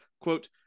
quote